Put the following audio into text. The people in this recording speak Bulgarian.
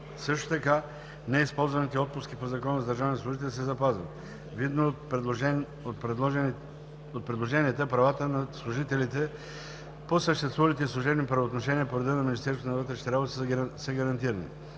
Също така неизползваните отпуски по Закона за държавния служител се запазват. Видно от предложенията правата на служителите по съществувалите служебни правоотношения по реда на Министерството на вътрешните работи са гарантирани.